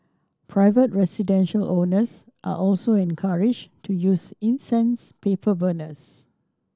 private residential owners are also encouraged to use incense paper burners